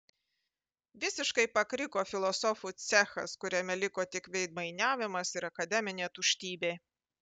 visiškai pakriko filosofų cechas kuriame liko tik veidmainiavimas ir akademinė tuštybė